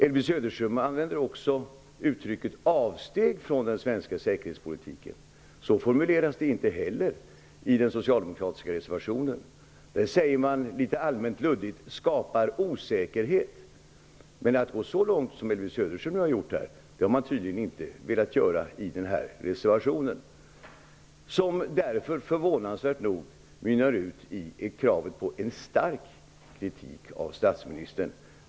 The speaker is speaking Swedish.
Elvy Söderström använder också uttrycket ''avsteg från den svenska säkerhetspolitiken''. Så formuleras det inte i den socialdemokratiska reservationen. Där står det, litet luddigt ''skapar osäkerhet''. I reservationen har man tydligen inte velat gå lika långt som Elvy Söderström har gjort här. Därför är det förvånansvärt att reservationen mynnar ut i krav på en stark kritik av statsmininstern.